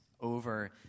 over